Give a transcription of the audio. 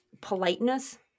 politeness